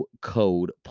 code